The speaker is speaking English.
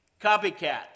Copycat